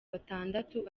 batandatu